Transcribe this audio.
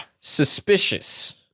suspicious